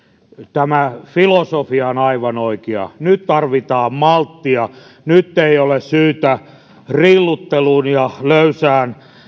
tämä filosofia on aivan oikea nyt tarvitaan malttia nyt ei ole syytä rillutteluun ja löysään